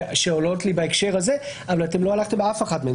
שעולות לי בהקשר הזה אבל לא הלכתם לאף אחת מהן.